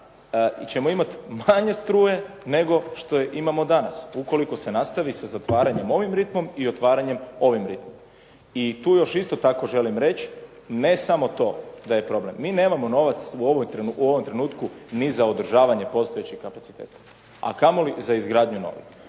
da ćemo imati manje struje nego što je imamo danas ukoliko se nastavi sa zatvaranjem ovim ritmom i otvaranjem ovim ritmom. I tu još isto tako želim reći, ne samo to da je problem. Mi nemamo novac u ovom trenutku ni za održavanje postojećih kapaciteta a kamoli za izgradnju novih.